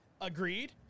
Agreed